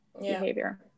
behavior